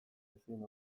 ezin